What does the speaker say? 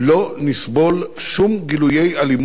לא נסבול שום גילויי אלימות,